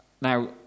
Now